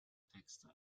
texte